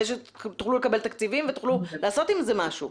תוכלו לקבל תקציבים ותוכלו לעשות עם זה משהו.